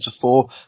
four